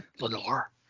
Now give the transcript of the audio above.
Lenore